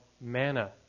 manna